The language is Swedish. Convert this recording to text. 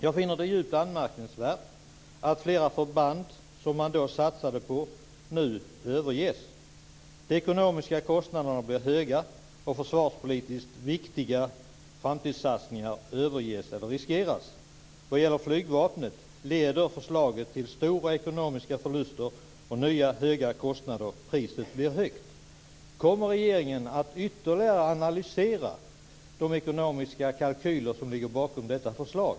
Jag finner det djupt anmärkningsvärt att flera förband som man då satsade på nu överges. De ekonomiska kostnaderna blir höga, och försvarspolitiskt viktiga framtidssatsningar överges eller riskeras. Vad gäller flygvapnet leder förslaget till stora ekonomiska förluster och nya höga kostnader. Priset blir högt. Kommer regeringen att inför propositionsskrivandet ytterligare analysera de ekonomiska kalkyler som ligger bakom detta förslag?